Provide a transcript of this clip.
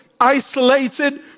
isolated